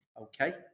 Okay